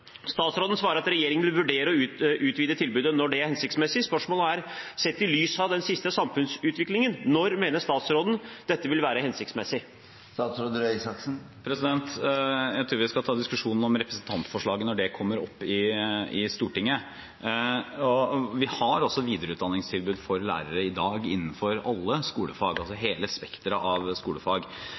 Statsråden svarer at regjeringen vil vurdere å utvide tilbudet når det er hensiktsmessig. Spørsmålet er: Sett i lys av den siste samfunnsutviklingen, når mener statsråden dette vil være hensiktsmessig? Jeg tror vi skal ta diskusjonen om representantforslaget når det kommer opp i Stortinget. Vi har altså videreutdanningstilbud for lærere i dag innenfor alle skolefag, altså hele spekteret av skolefag,